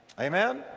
Amen